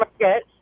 market